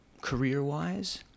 career-wise